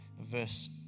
verse